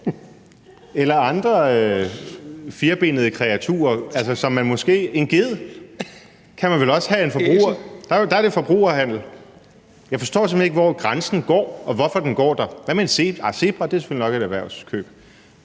eller et andet firbenet kreatur, måske en ged, så er der tale om forbrugerhandel. Jeg forstår simpelt hen ikke, hvor grænsen går, og hvorfor den går der. Hvad med en zebra? Nej, en zebra er selvfølgelig nok et erhvervskøb.